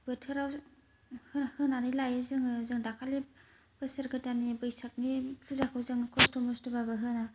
बोथोराव हो होनानै लायो जोङो जों दाखालै बोसोर गोदाननि बैसागनि पुजाखौ जों खस्ट' मस्ट'बाबो होना